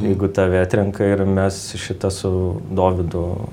jeigu tave atrenka ir mes šita su dovydu